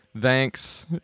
Thanks